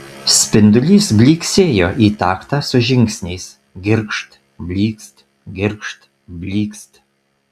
spindulys blyksėjo į taktą su žingsniais girgžt blykst girgžt blykst